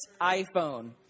iPhone